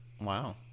Wow